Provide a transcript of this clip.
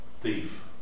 thief